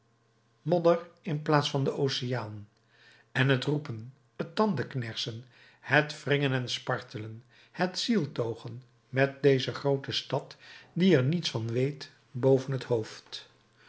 modder in plaats van den oceaan en het roepen het tandenknersen het wringen en spartelen het zieltogen met deze groote stad die er niets van weet boven het hoofd